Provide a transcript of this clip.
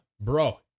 Bro